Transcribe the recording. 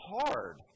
hard